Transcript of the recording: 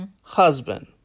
husband